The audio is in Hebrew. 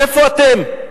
איפה אתם?